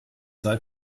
sei